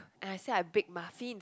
and I said I bake muffins